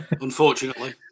Unfortunately